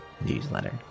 newsletter